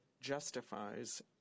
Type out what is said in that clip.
justifies